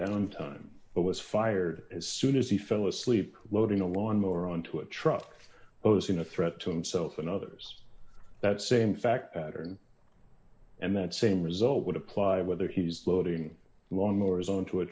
down time but was fired as soon as he fell asleep loading a lawnmower onto a truck in a threat to himself and others that same fact pattern and that same result would apply whether he's loading lawnmowers onto a